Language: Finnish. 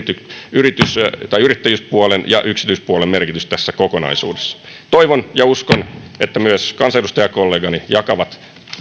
yrittäjyyspuolen ja yksityispuolen merkitys tässä kokonaisuudessa toivon ja uskon että myös kansanedustajakollegani jakavat